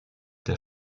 der